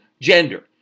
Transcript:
gender